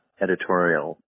editorial